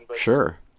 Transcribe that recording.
Sure